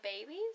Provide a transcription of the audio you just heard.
babies